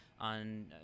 on